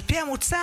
על פי המוצע,